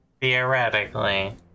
theoretically